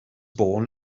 born